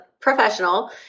professional